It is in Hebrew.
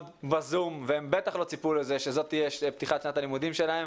בזום והם בטח לא ציפו שזאת תהיה פתיחת שנת הלימודים שלהם,